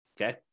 Okay